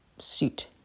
suit